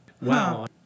Wow